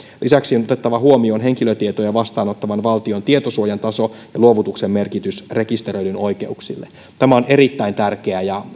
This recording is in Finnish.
lisäksi on otettava huomioon henkilötietoja vastaanottavan valtion tietosuojan taso ja luovutuksen merkitys rekisteröidyn oikeuksille tämä on erittäin tärkeää ja